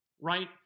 right